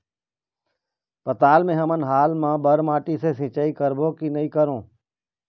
पताल मे हमन हाल मा बर माटी से सिचाई करबो की नई करों?